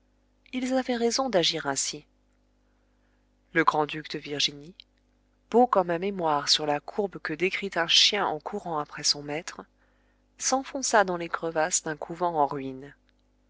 ils avaient raison d'agir ainsi le grand-duc de virginie beau comme un mémoire sur la courbe que décrit un chien en courant après son maître s'enfonça dans les crevasses d'un couvent en ruines